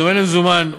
בדומה למזומן,